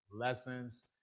lessons